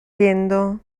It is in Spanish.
riendo